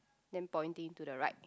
then pointing to the right